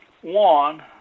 One